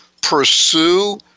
pursue